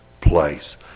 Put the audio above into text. place